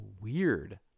weird